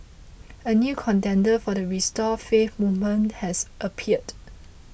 a new contender for the restore faith movement has appeared